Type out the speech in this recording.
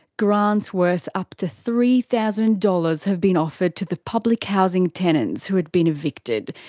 grants worth up to three thousand dollars have been offered to the public housing tenants who had been evicted,